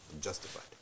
Justified